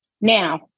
Now